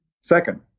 second